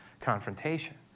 confrontation